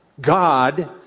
God